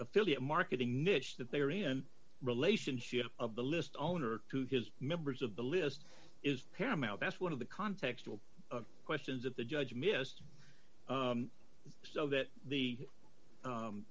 affiliate marketing niche that they are in a relationship of the list owner to his members of the list is paramount that's one of the contextual questions that the judge missed so that the